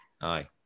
Aye